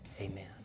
Amen